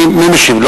מי משיב לו?